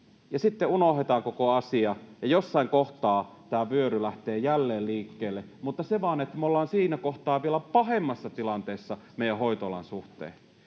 sitten unohdetaan koko asia, ja jossain kohtaa tämä vyöry lähtee jälleen liikkeelle, mutta se vaan, että me ollaan siinä kohtaa vielä pahemmassa tilanteessa meidän hoitoalan suhteen.